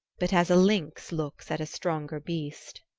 but as a lynx looks at a stronger beast.